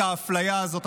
את האפליה הזאת,